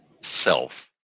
self